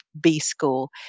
B-School